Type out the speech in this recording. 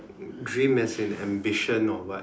dream as in ambition or what